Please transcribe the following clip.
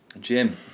Jim